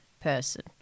person